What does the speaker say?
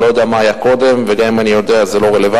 אני לא יודע מה היה קודם וגם אם אני יודע זה לא רלוונטי,